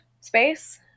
space